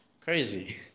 crazy